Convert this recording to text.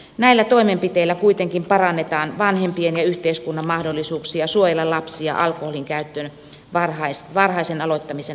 näillä toimenpiteillä kuitenkin parannetaan vanhempien ja yhteiskunnan mahdollisuuksia suojella lapsia alkoholinkäytön varhaisen aloittamisen haitoilta